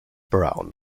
brown